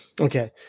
Okay